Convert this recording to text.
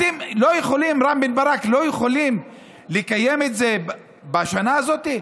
אתם לא יכולים, רם בן ברק, לקיים את זה בשנה הזאת?